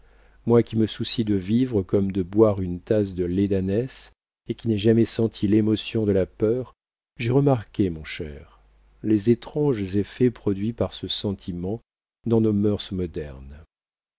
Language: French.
moi qui me soucie de vivre comme de boire une tasse de lait d'ânesse et qui n'ai jamais senti l'émotion de la peur j'ai remarqué mon cher les étranges effets produits par ce sentiment dans nos mœurs modernes